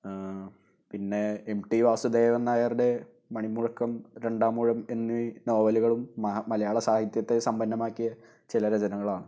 പിന്നെ M T വാസുദേവന്നായരുടെ മണിമുഴക്കം രണ്ടാമൂഴം എന്നീ നോവലുകളും മഹാ മലയാള സാഹിത്യത്തെ സമ്പന്നമാക്കിയ ചില രചനകളാണ്